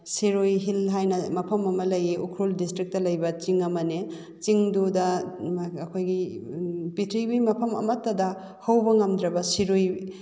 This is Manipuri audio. ꯁꯤꯔꯣꯏ ꯍꯤꯜ ꯍꯥꯏꯅ ꯃꯐꯝ ꯑꯃ ꯂꯩꯌꯦ ꯎꯈ꯭ꯔꯨꯜ ꯗꯤꯁꯇ꯭ꯔꯤꯛꯇ ꯂꯩꯕ ꯆꯤꯡ ꯑꯃꯅꯦ ꯆꯤꯡꯗꯨꯗ ꯑꯩꯈꯣꯏꯒꯤ ꯄ꯭ꯔꯤꯊꯤꯕꯤꯒꯤ ꯃꯐꯝ ꯑꯃꯠꯇꯗ ꯍꯧꯕ ꯉꯝꯗ꯭ꯔꯕ ꯁꯤꯔꯨꯏ